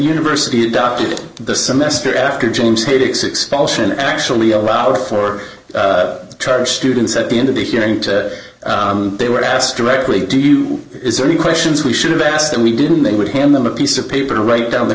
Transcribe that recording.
university down the semester after james haitink's expulsion actually allow for charge students at the end of the hearing to they were asked directly do you is there any questions we should have asked and we didn't they would hand them a piece of paper to write down the